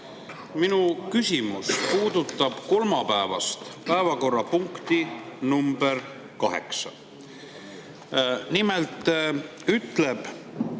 Minu küsimus puudutab kolmapäevast päevakorrapunkti nr 8. Nimelt ütleb